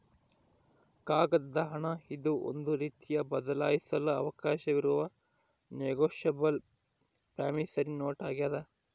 ಕಾಗದದ ಹಣ ಇದು ಒಂದು ರೀತಿಯ ಬದಲಾಯಿಸಲು ಅವಕಾಶವಿರುವ ನೆಗೋಶಬಲ್ ಪ್ರಾಮಿಸರಿ ನೋಟ್ ಆಗ್ಯಾದ